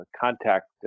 contact